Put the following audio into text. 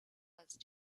first